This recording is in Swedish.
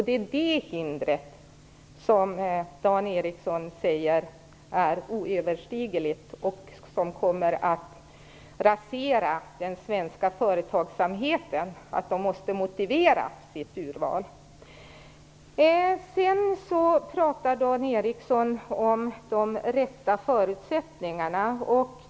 Det är där som Dan Ericsson talar om ett oöverstigligt hinder. Han säger att kravet på att man skall motivera urvalet kommer att rasera den svenska företagsamheten. Dan Ericsson talade också om de rätta förutsättningarna.